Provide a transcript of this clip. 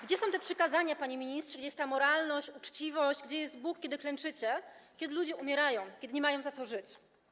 Gdzie są te przykazania, panie ministrze, gdzie jest ta moralność, uczciwość, gdzie jest Bóg, kiedy klęczycie, kiedy ludzie umierają, kiedy nie mają za co żyć?